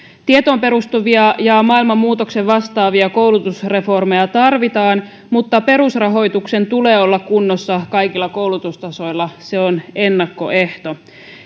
tietoon perustuvia ja maailman muutokseen vastaavia koulutusreformeja tarvitaan mutta perusrahoituksen tulee olla kunnossa kaikilla koulutustasoilla se on ennakkoehto